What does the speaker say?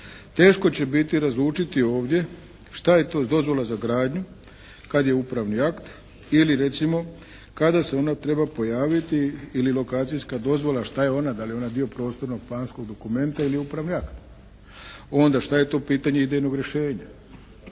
Teško će biti razlučiti ovdje šta je to dozvola za gradnju kada je upravni akt ili recimo kada se ona treba pojaviti ili lokacijska dozvola šta je ona, da li je ona dio prostornog planskog dokumenta ili upravni akt. Onda šta je to pitanje idejnog rješenja